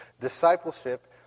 Discipleship